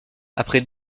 après